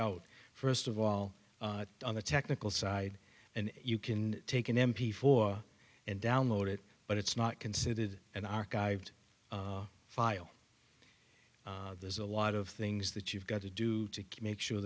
out first of all on the technical side and you can take an m p four and download it but it's not considered an archived file there's a lot of things that you've got to do to make sure